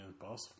Boss